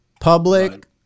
Public